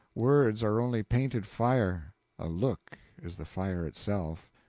words are only painted fire a look is the fire itself.